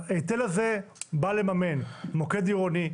ההיטל הזה בא לממן מוקד עירוני,